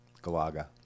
galaga